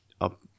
up